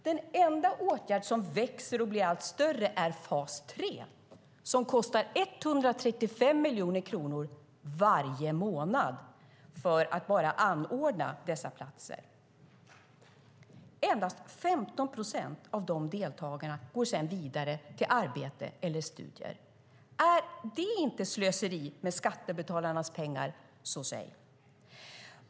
Den enda åtgärd som växer och blir allt större är fas 3, och det kostar 135 miljoner kronor varje månad bara att anordna dessa platser. Endast 15 procent av de deltagarna går sedan vidare till arbete eller studier. Är det inte slöseri med skattebetalarnas pengar, så säg!